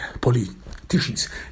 politicians